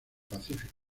pacífico